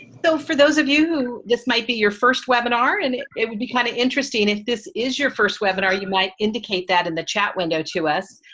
so for those of you who this might be your first webinar and it it would be kind of interesting if this is your first webinar, you might indicate that in the chat window to us.